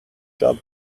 job